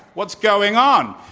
what's going on?